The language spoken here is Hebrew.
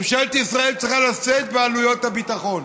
ממשלת ישראל צריכה לשאת בעלויות הביטחון.